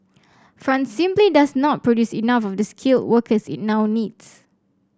France simply does not produce enough of the skilled workers it now needs